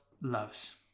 loves